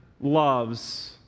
loves